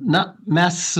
na mes